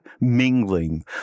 Mingling